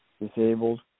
Disabled